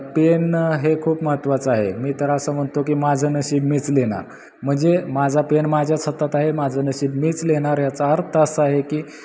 pen हे खूप महत्वाचं आहे मी तर असं म्हणतो की माझं नशीब मीच लिहिणार म्हणजे माझा पेन माझ्या सतत आहे माझं नशीब मीच लिहिणार ह्याचा अर्थ असा आहे की